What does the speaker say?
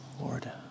Lord